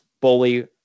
bully